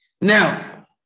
Now